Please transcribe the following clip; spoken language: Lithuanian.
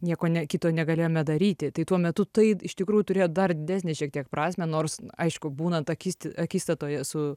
nieko ne kito negalėjome daryti tai tuo metu tai iš tikrųjų turėjo dar didesnę šiek tiek prasmę nors aišku būnant akist akistatoje su